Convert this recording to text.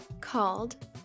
called